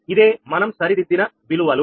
ఇదే మనం సరిదిద్దిన విలువలు